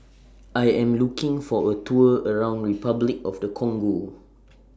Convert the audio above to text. I Am looking For A Tour around Repuclic of The Congo